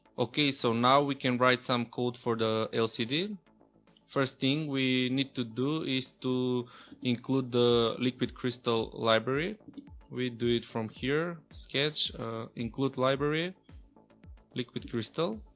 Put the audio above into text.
okay so now we can write some code for the lcd first thing we need to do is to include the liquid crystal library we do it from here sketchinclude library liquid crystal